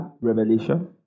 revelation